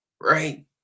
right